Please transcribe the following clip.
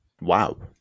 wow